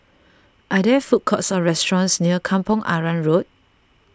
are there food courts or restaurants near Kampong Arang Road